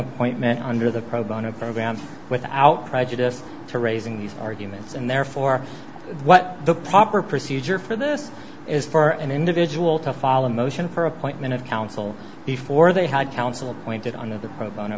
appointment under the pro bono program without prejudice to raising these arguments and therefore what the proper procedure for this is for an individual to follow a motion for appointment of counsel before they had counsel appointed on the pro bono